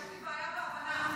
יש לי בעיה בהבנה.